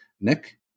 nick